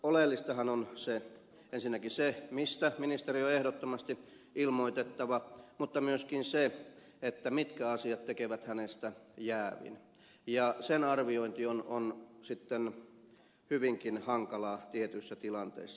oleellistahan on ensinnäkin se mistä ministerin on ehdottomasti ilmoitettava mutta myöskin se mitkä asiat tekevät hänestä jäävin ja sen arviointi on sitten hyvinkin hankalaa tietyissä tilanteissa